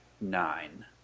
nine